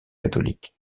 catholique